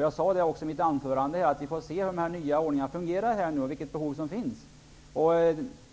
Jag sade också i mitt anförande att vi får se hur dessa nya ordningar fungerar och vilket behov som finns.